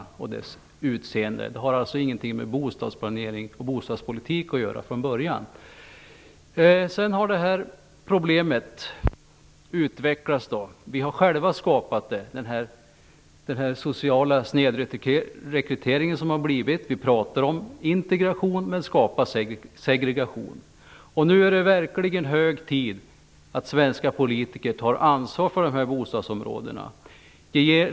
Från början hade det alltså ingenting med bostadsplanering och bostadspolitik att göra. Sedan har problemet utvecklats. Vi har själva skapat den sociala snedrekryteringen. Vi talar om integration men skapar segregation. Nu är det verkligen hög tid för svenska politiker att ta ansvar för dessa bostadsområden.